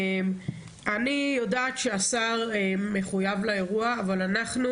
אני יודעת שהשר מחויב לאירוע אבל אנחנו